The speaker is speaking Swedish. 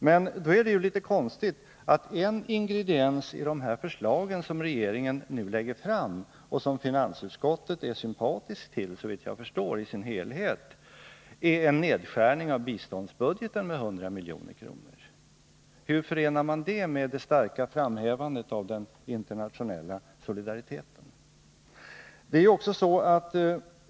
Men det är mot den bakgrunden litet konstigt att en ingrediens i de förslag som regeringen nu lägger fram och som finansutskottet, såvitt jag förstår i sin helhet, är sympatiskt inställt till är en nedskärning av biståndsbudgeten med 100 milj.kr. Hur förenar man detta med det starka framhävandet av den internationella solidariteten?